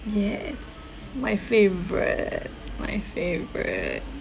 yes my favourite my favourite